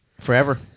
Forever